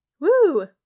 Woo